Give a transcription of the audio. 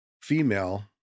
female